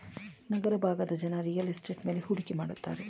ನಗರ ಭಾಗದ ಜನ real estate ಮೇಲೆ ಹೂಡಿಕೆ ಮಾಡುತ್ತಾರೆ